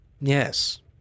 yes